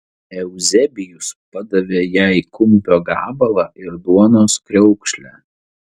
euzebijus padavė jai kumpio gabalą ir duonos kriaukšlę